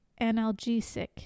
analgesic